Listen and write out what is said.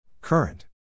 Current